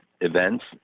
events